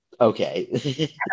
Okay